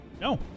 No